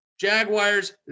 Jaguars